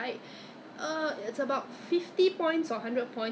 routine ah orh maybe I should do that yeah